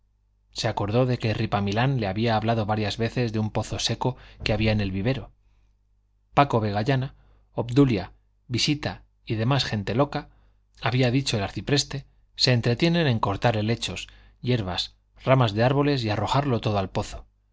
se acordó de que ripamilán le había hablado varias veces de un pozo seco que había en el vivero paco vegallana obdulia visita y demás gente loca había dicho el arcipreste se entretienen en cortar helechos yerbas ramas de árboles y arrojarlo todo al pozo